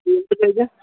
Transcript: bank કઈ છે